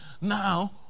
now